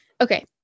okay